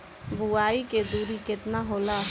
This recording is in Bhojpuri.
बुआई के दूरी केतना होला?